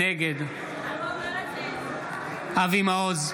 נגד אבי מעוז,